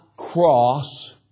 Cross